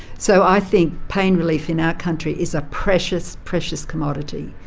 so i think pain relief in our country is a precious, precious commodity,